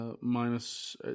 minus